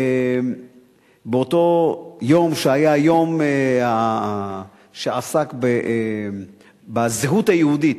באותו יום, שהיה יום שעסק בזהות היהודית,